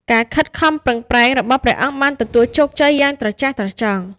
ការខិតខំប្រឹងប្រែងរបស់ព្រះអង្គបានទទួលជោគជ័យយ៉ាងត្រចះត្រចង់។